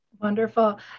Wonderful